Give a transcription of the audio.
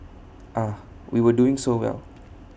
ah we were doing so well